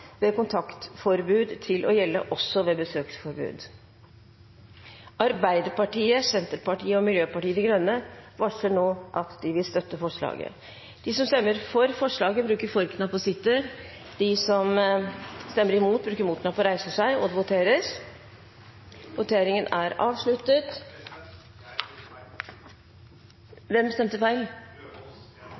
ved kontaktforbud til å gjelde også ved besøksforbud.» Arbeiderpartiet, Senterpartiet og Miljøpartiet De Grønne varsler at de vil støtte forslaget. Voteringstavlene viste at det var avgitt 57 stemmer mot og 43 for forslaget. President! Jeg stemte feil. Det betyr at det er avgitt 58 stemmer mot og 42 stemmer for forslaget. Forslaget er dermed ikke bifalt. Det voteres